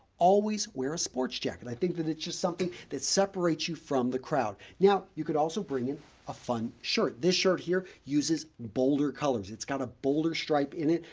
always wear a sports jacket. i think that it's just something that separates you from the crowd. now, you could also bring in a fun shirt. this shirt here uses bolder colors. it's got a bolder stripe in it.